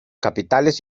capiteles